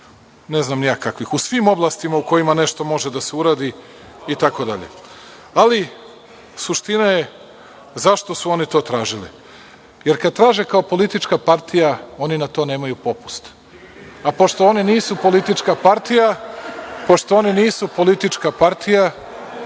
ne znam ni ja kakvih, u svim oblastima u kojima nešto može da se uradi itd. Ali, suština je zašto su oni to tražili. Jer, kada traže kao politička partija, oni na to nemaju popust, a pošto oni nisu politička partija, pošto nisu politička partija,